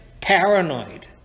paranoid